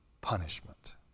punishment